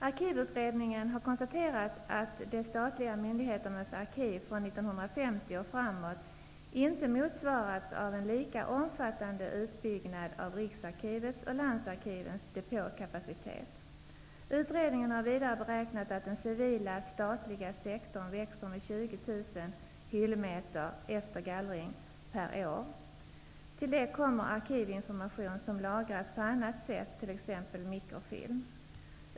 Arkivutredningen har konstaterat att de statliga myndigheternas arkiv från 1950 och framåt inte motsvaras av en lika omfattande utbyggnad av Utredningen har vidare beräknat att den civila statliga sektorn växer med 20 000 hyllmeter -- efter gallring -- per år. Till detta kommer arkivinformation som lagras på annat sätt, t.ex. mikrofilm.